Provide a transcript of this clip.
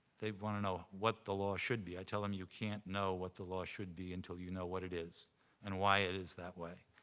they wanna know what the law should be. i tell them, you can't know what the law should be until you know what it is and why it is that way.